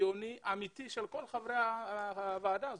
ציוני אמיתי של כל חברי הוועדה הזאת.